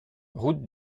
route